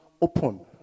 open